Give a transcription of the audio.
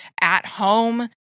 at-home